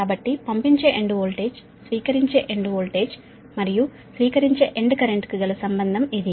కాబట్టి రవాణాచేయు end voltage స్వీకరించే ఎండ్ వోల్టేజ్ మరియు స్వీకరించే ఎండ్ కరెంట్ కు గల సంబంధం ఇది